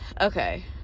okay